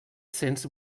cents